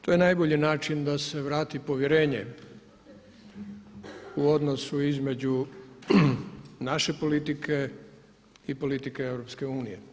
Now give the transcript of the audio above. To je najbolji način da se vrati povjerenje u odnosu između naše politike i politike EU.